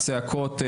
צעקות,